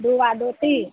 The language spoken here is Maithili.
धोआ धोती